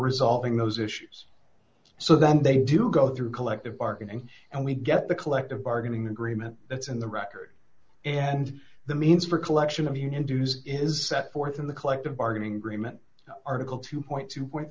resolving those issues so then they do go through collective bargaining and we get the collective bargaining agreement that's in the record and the means for collection of union dues is set forth in the collective bargaining agreement article two